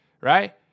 right